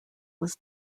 was